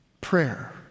Prayer